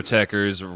Techers